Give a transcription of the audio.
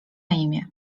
imię